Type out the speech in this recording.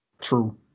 True